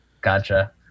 Gotcha